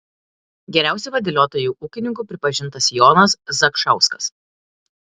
geriausiu vadeliotoju ūkininku pripažintas jonas zakšauskas